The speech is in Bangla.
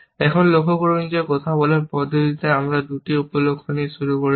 এখন লক্ষ্য করুন যে কথা বলার পদ্ধতিতে আমরা দুটি উপ লক্ষ্য নিয়ে শুরু করেছি